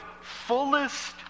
fullest